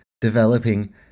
developing